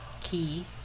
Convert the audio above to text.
key